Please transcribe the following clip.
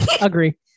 Agree